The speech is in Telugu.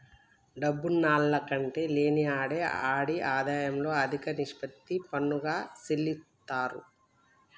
డబ్బున్నాల్ల కంటే లేనివాడే ఆడి ఆదాయంలో అదిక నిష్పత్తి పన్నుగా సెల్లిత్తారు